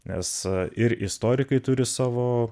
nes ir istorikai turi savo